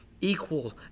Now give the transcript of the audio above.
equal